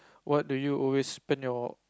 what do you always spend you